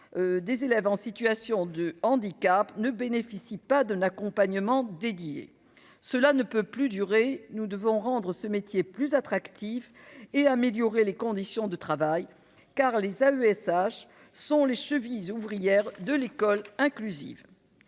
des élèves en situation de handicap ne bénéficient pas d'un accompagnement dédié. Cela ne peut plus durer. Nous devons rendre ce métier plus attractif et améliorer les conditions de travail, car les AESH sont les chevilles ouvrières de l'école inclusive.